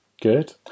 Good